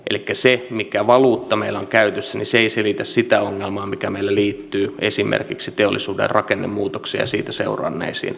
elikkä se mikä valuutta meillä on käytössä ei selitä sitä ongelmaa mikä meillä liittyy esimerkiksi teollisuuden rakennemuutokseen ja siitä seuranneisiin ongelmiin